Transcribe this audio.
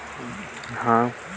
मोला बोरा खोदवाय बार ऋण मिलथे?